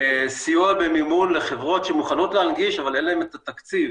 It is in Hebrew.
סיוע במימון לחברות שמוכנות להנגיש אבל אין להן את התקציב.